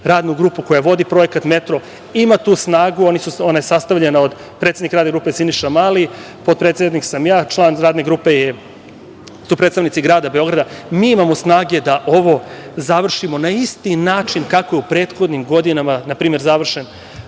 Radnu grupu koja vodi projekat „Metro“ ima tu snagu. Sastavljena je od: predsednik Radne grupe je Siniša Mali, potpredsednik sam ja, članovi Radne grupe su predstavnici grada Beograda. Mi imamo snage da ovo završimo na isti način kako je u prethodnim godinama, na primer, završen